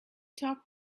talk